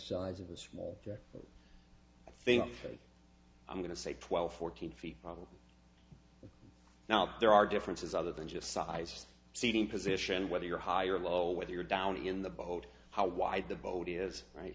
size of the small i think i'm going to say twelve fourteen feet problem now there are differences other than just size seating position whether you're high or low whether you're down in the boat how wide the boat is right